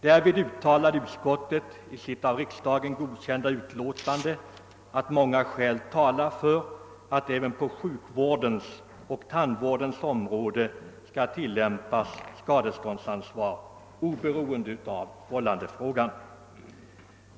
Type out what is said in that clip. Därvid uttalade utskottet i sitt av riksdagen godkända utlåtande, att många skäl talar för att det även på sjukvårdens och tandvårdens områden skall tillämpas skadeståndsansvar, oberoende av vållandefrågan.